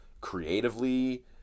creatively